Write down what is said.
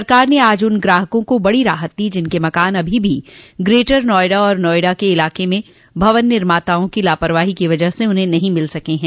सरकार ने आज उन ग्राहकों को बड़ी राहत दी जिनके मकान अभी भी ग्रेटर नोएडा और नोएडा के इलाके में भवन निर्माताओं की लापरवाही की वजह से उन्हें नहीं मिल सके हैं